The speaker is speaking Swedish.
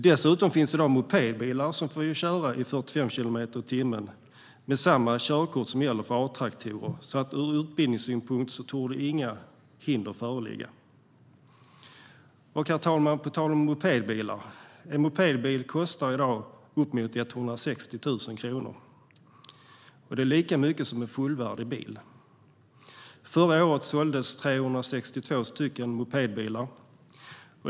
Dessutom finns det i dag mopedbilar, som får köra i 45 kilometer i timmen med samma körkort som gäller för Atraktor, så ur utbildningssynpunkt torde inga hinder föreligga. Herr talman! På tal om mopedbilar: En mopedbil kostar i dag uppemot 160 000 kronor. Det är lika mycket som en fullvärdig bil. Förra året såldes 362 mopedbilar i Sverige.